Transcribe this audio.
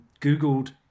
Googled